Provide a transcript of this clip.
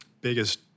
biggest